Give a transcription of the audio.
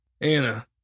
Anna